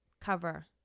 cover